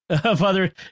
Father